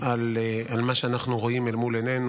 על מה שאנחנו רואים מול עינינו.